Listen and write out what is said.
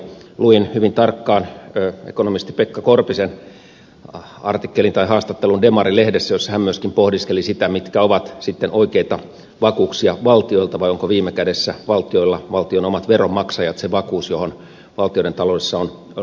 luin hyvin tarkkaan ekonomisti pekka korpisen haastattelun demari lehdessä jossa hän myöskin pohdiskeli sitä mitkä ovat oikeita vakuuksia valtioilta vai onko viime kädessä valtioilla valtion omat veronmaksajat se vakuus johon valtioiden taloudessa on luotettava